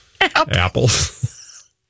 apples